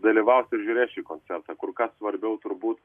dalyvaus ir žiūrės šį koncertą kur kas svarbiau turbūt